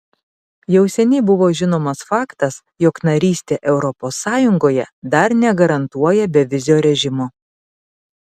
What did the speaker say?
jau seniai buvo žinomas faktas jog narystė europos sąjungoje dar negarantuoja bevizio režimo